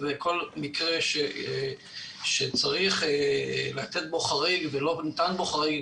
כל מקרה שצריך לתת בו חריג ולא ניתן בו חריג,